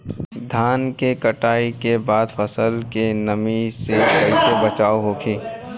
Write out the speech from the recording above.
धान के कटाई के बाद फसल के नमी से कइसे बचाव होखि?